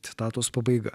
citatos pabaiga